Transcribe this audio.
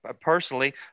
personally